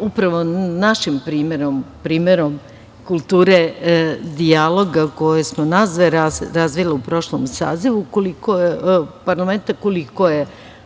upravo našim primerom, primerom kulture dijaloga koji smo nas dve razvile u prošlom sazivu parlamenta, koliko je